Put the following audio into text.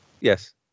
Yes